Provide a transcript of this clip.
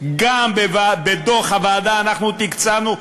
גם בדוח הוועדה אנחנו תקצבנו,